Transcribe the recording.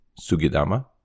SUGIDAMA